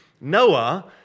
Noah